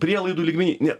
prielaidų lygmeny ne